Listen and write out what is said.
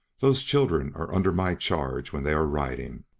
those children are under my charge when they are riding